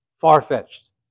far-fetched